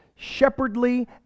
shepherdly